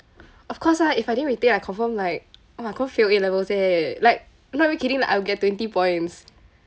of course lah if I didn't retain I confirm like fail A levels leh like not really kidding like I will get twenty points